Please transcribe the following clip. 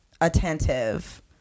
attentive